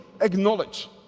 acknowledge